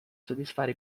soddisfare